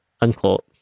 unquote